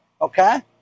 okay